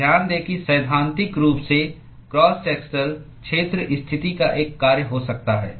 तो ध्यान दें कि सैद्धांतिक रूप से क्रॉस सेक्शनल क्षेत्र स्थिति का एक कार्य हो सकता है